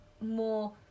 more